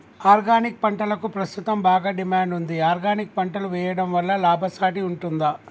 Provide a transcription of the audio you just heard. Organic పంటలకు ప్రస్తుతం బాగా డిమాండ్ ఉంది ఆర్గానిక్ పంటలు వేయడం వల్ల లాభసాటి ఉంటుందా?